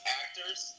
actors